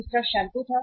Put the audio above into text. दूसरा शैंपू था